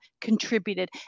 contributed